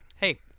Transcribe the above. Hey